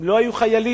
הם לא היו חיילים,